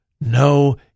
No